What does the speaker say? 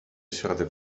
środek